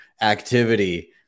activity